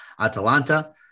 Atalanta